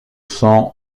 sang